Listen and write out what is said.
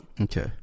Okay